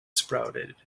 sprouted